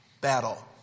battle